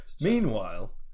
Meanwhile